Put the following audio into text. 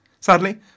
Sadly